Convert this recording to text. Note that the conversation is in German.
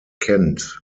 kennt